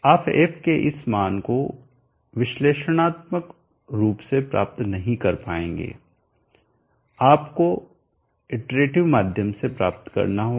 आप f के इस मान को विश्लेषणात्मक रूप से प्राप्त नहीं कर पाएंगे आपको इट्रैटीव माध्यम से ऐसा करना होगा